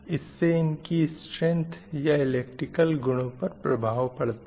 इससे इनकी स्ट्रेंक्थ या इलेक्ट्रिकल गुणों पर प्रभाव पड़ता है